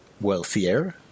wealthier